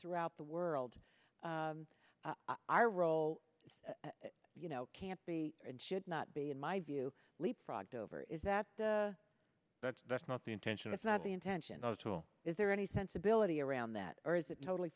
throughout the world i role you know can't be and should not be in my view leapfrogged over is that the that's that's not the intention it's not the intention of it all is there any sensibility around that or is it totally